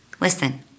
Listen